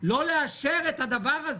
לא לאשר את הדבר הזה.